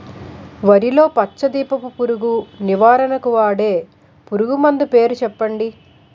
వరిలో పచ్చ దీపపు పురుగు నివారణకు వాడే పురుగుమందు పేరు చెప్పండి?